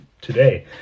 today